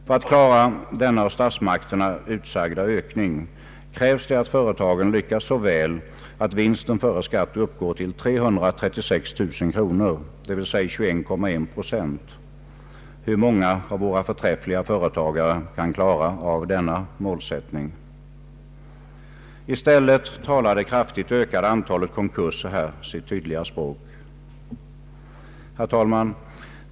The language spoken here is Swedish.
För att klara denna av statsmakterna utsagda ökning krävs det att företaget lyckas så väl att vinsten före skatt uppgår till 336 000 kronor, d.v.s. 21,1 procent. Hur många av våra förträffliga företagare kan klara av denna målsättning? I stället talar det kraftigt ökande an talet konkurser här sitt tydliga språk.